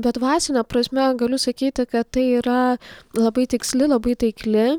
bet dvasine prasme galiu sakyti kad tai yra labai tiksli labai taikli